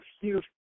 huge